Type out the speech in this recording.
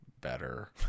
better